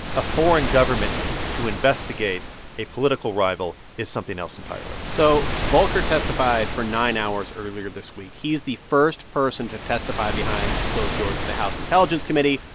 a foreign government to investigate a political rival is something else entirely so volker testified for nine hours earlier this week. he's the first person to testify behind closed doors to the house intelligence committee.